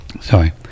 sorry